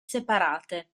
separate